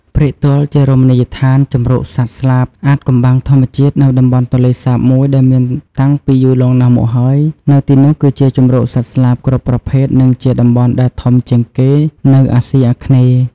ព្រែកទាល់ជារមណីយដ្ឋានជំរកសត្វស្លាបអាថ៍កំបាំងធម្មជាតិនៅតំបន់ទន្លេសាបមួយដែលមានតាំងពីយូរលង់ណាស់មកហើយនៅទីនោះគឺជាជំរកសត្វស្លាបគ្រប់ប្រភេទនិងជាតំបន់ដែលធំជាងគេនៅអាសុីអាគ្នេយ៍។